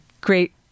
great